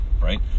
right